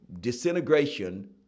disintegration